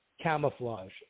camouflage